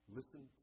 Listen